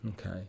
okay